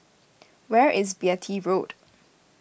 where is Beatty Road